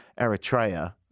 Eritrea